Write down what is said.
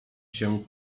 się